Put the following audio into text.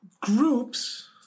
groups